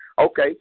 Okay